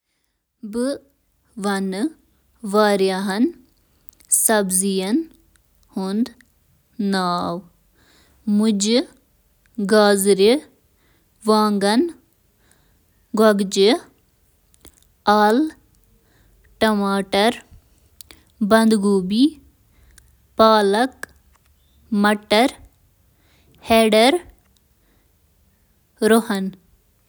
سبزی چھِ کینٛہہ قٕسٕم: پنہٕ دار سبز، کرٛوٗسیفیرس سبزی، روٗٹ سبزی، پیاز تہٕ پالک باقٕے قٕسمٕک سبزی منٛز چھِ شٲمِل: کٔکٕر، کدو، ٹماٹر، مرٕژ، بینگن، سٹرنگ بینز، سبٕز مٹر، مکایہ، لیڈی سٕنٛز اوٚنٛگجہِ، تہٕ بیٖنز تہٕ باقی۔